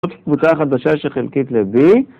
‫קבוצה חדשה שחלקית ל-B.